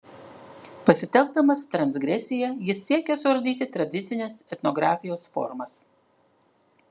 pasitelkdamas transgresiją jis siekia suardyti tradicinės etnografijos formas